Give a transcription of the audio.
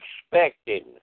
expecting